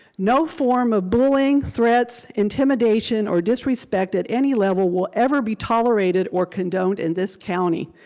no form of bullying, threats, intimidation, or disrespect at any level will ever be tolerated or condoned in this county.